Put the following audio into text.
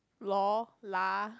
loh lah